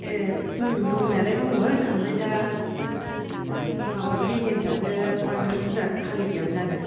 ए उम दंनायालाय दंमोन आमफ्राय दा माबा बेकेनसिआसो बांद्राय बुरजा खालि गैयामोन आरो